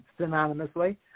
synonymously